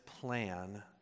plan